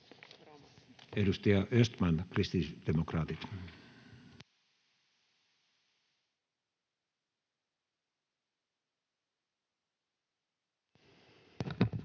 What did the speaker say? Edustaja Östman, kristillisdemokraatit.